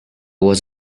was